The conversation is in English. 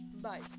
Bye